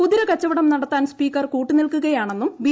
കുതിരക്കച്ചവടം നടത്താൻ സ്പീക്കർ കൂട്ടുനിൽക്കുകയാണെന്നും ബി